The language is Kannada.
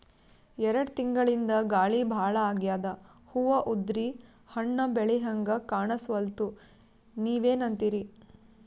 ಎರೆಡ್ ತಿಂಗಳಿಂದ ಗಾಳಿ ಭಾಳ ಆಗ್ಯಾದ, ಹೂವ ಉದ್ರಿ ಹಣ್ಣ ಬೆಳಿಹಂಗ ಕಾಣಸ್ವಲ್ತು, ನೀವೆನಂತಿರಿ?